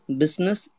business